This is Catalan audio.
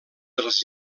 dels